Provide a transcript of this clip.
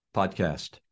podcast